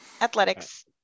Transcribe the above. athletics